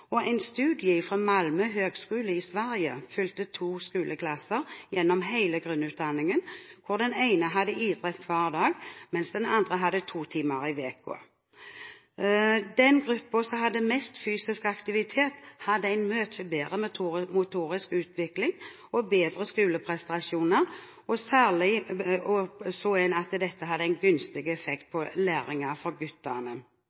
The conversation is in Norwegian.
I en studie fra Malmö högskola i Sverige fulgte man to skoleklasser gjennom hele grunnutdanningen – den ene klassen hadde idrett hver dag, mens den andre hadde idrett to timer i uken. Den gruppen som hadde mest fysisk aktivitet, hadde en mye bedre motorisk utvikling og bedre skoleprestasjoner. Særlig så en at dette hadde en gunstig effekt